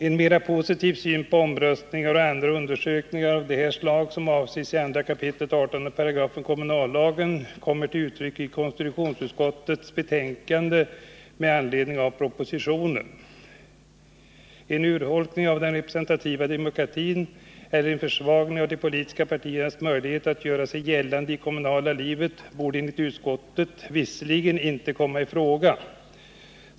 En mera positiv syn på omröstningar och andra undersökningar av det slag som avses i 2 kap. 18 § kommunallagen kommer till uttryck i konstitutionsutskottets betänkande med anledning av propositionen . En urholkning av den representativa demokratin eller en försvagning av de politiska partiernas möjligheter att göra sig gällande i det kommunala livet borde enligt utskottet visserligen inte komma i fråga.